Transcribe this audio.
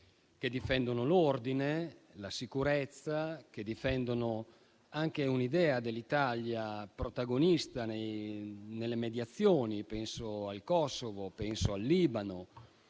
che difendono l'ordine, la sicurezza e anche un'idea dell'Italia protagonista nelle mediazioni. Penso al Kosovo, penso al Libano;